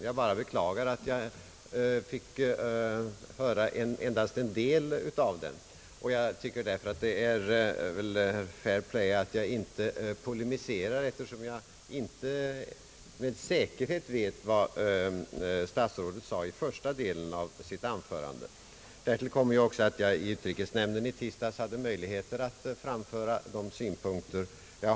Jag beklagar bara att jag fick höra endast en del av den, och jag tycker därför att det är fair play att jag inte polemiserar, eftersom jag inte med säkerhet vet vad statsrådet sade i första delen av sitt anförande. Därtill kommer också att jag i tisdags i utrikesnämnden kunde framföra mina synpunkter.